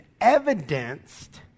evidenced